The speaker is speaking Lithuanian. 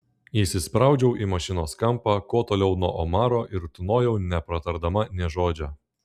įsispraudžiau į mašinos kampą kuo toliau nuo omaro ir tūnojau nepratardama nė žodžio